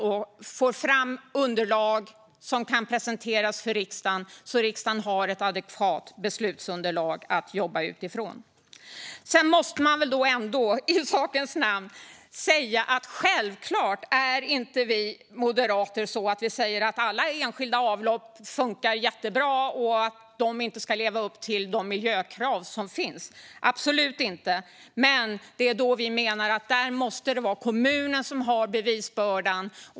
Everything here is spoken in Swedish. Vi måste få fram underlag som kan presenteras för riksdagen så att riksdagen har ett adekvat beslutsunderlag att jobba utifrån. Det måste väl ändå i sakens namn sägas att vi moderater självklart inte säger att alla enskilda avlopp fungerar jättebra och att de inte ska leva upp till de miljökrav som finns - absolut inte. Men vi menar att det måste vara kommunen som har bevisbördan.